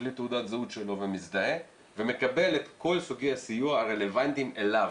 מקליד תעודת זהות שלו ומזדהה ומקבל את כל סוגי הסיוע הרלוונטיים לו,